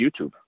YouTube